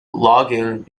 logging